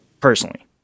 personally